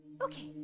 Okay